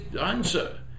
answer